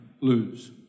lose